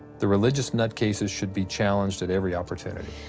the religious nutcases should be challenged at every opportunity.